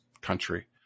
country